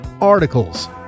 articles